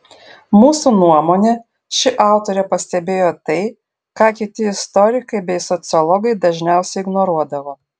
mūsų nuomone ši autorė pastebėjo tai ką kiti istorikai bei sociologai dažniausiai ignoruodavo